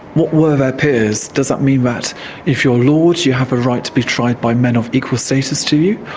what were their peers? does that mean that if you're a lord, you have the ah right to be tried by men of equal status to you?